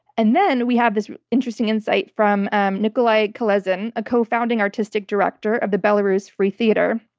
and then, we have this interesting insight from nikolai khalezin, a co-founding artistic director of the belarus free theatre